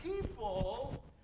people